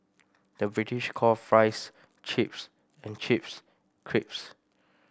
the British call fries chips and chips